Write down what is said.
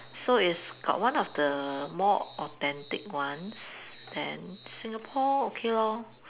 so it's got one of the more authentic ones then Singapore okay loh